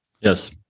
Yes